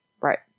Right